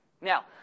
Now